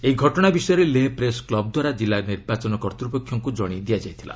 ଏହି ଘଟଣା ବିଷୟରେ ଲେହ ପ୍ରେସ୍ କୁବ୍ ଦ୍ୱାରା ଜିଲ୍ଲା ନିର୍ବାଚନ କର୍ତ୍ତପକ୍ଷଙ୍କ ଜଣାଇ ଦିଆଯାଇଥିଲା